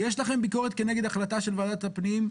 יש לכם ביקורת כנגד החלטה של ועדת הפנים?